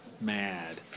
mad